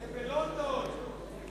בלונדון.